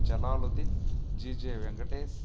Jalaluddin G J Venkatesh